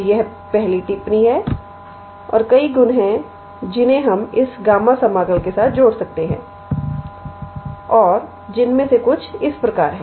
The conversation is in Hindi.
तो यह पहली टिप्पणी है और कई गुण हैं जिन्हें हम इस गामा समाकल के साथ जोड़ सकते हैं और जिनमें से कुछ इस प्रकार हैं